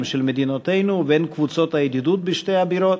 של מדינותינו ובין קבוצות הידידות בשתי הבירות,